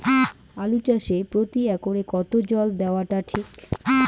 আলু চাষে প্রতি একরে কতো জল দেওয়া টা ঠিক?